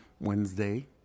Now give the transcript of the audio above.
Wednesday